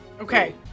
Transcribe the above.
Okay